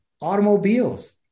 automobiles